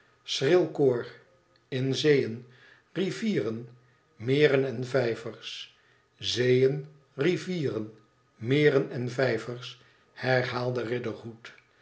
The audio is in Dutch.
schril koor in zeeën rivieren meren en vijvers zeeën rivieren meren en vijvers herhaalde